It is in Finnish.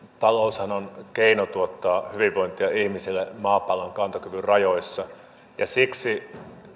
taloushan on keino tuottaa hyvinvointia ihmisille maapallon kantokyvyn rajoissa ja siksi